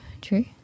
true